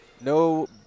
no